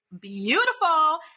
beautiful